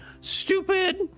stupid